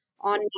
On